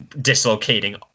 dislocating